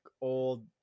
old